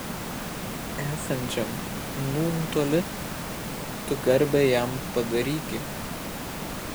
esančiam nūn toli tu garbę jam padaryki